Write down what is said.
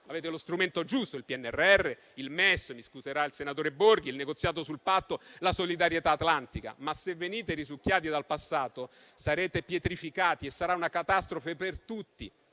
Avete lo strumento giusto, il PNRR, il MES - mi scuserà il senatore Borghi - e il negoziato sul Patto, la solidarietà Atlantica. Ma, se venite risucchiati dal passato, sarete pietrificati e sarà una catastrofe per tutti.